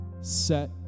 Set